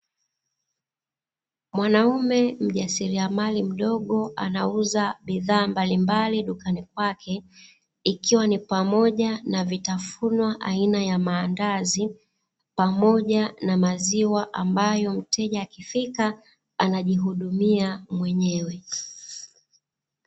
Mwanaume mjasiriamali mdogo anauza bidhaa mbalimbali dukani kwake. Ikiwa ni pamoja na vitafunwa, aina ya maandazi pamoja na maziwa ambayo mteja akifika anajihudumia mwenyewe.